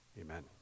Amen